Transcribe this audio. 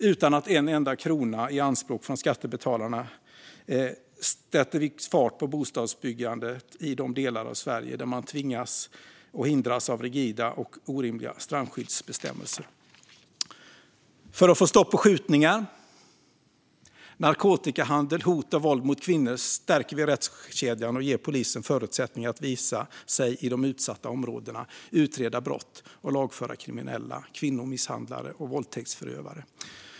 Utan att ta en enda krona i anspråk från skattebetalarna sätter vi fart på bostadsbyggandet i de delar av Sverige där man hindrats av rigida och orimliga strandskyddsbestämmelser För att få stopp på skjutningar, narkotikahandel och hot och våld mot kvinnor stärker vi rättskedjan och ger polisen förutsättningar att visa sig i de utsatta områdena, att utreda brott och att lagföra kriminella, kvinnomisshandlare och våldtäktsförövare.